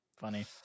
funny